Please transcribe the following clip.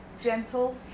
gentle